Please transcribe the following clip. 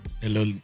hello